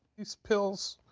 these pills,